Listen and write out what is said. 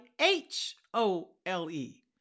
H-O-L-E